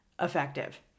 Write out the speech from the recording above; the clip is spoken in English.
effective